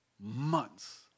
months